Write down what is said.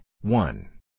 one